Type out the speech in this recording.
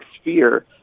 sphere